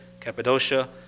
Cappadocia